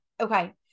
Okay